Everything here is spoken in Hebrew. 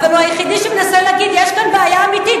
אבל הוא היחיד שמנסה להגיד שיש כאן בעיה אמיתית.